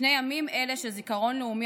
שני ימים אלה של זיכרון לאומי,